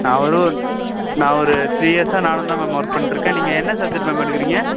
நான் ஒரு நான் ஒரு த்ரீ இயர்ஸா நானுந்தான் மேம் ஒர்க் பண்ணிகிட்டு இருக்கேன் நீங்கள் என்ன சப்ஜெக்ட் மேம் எடுக்குறீங்க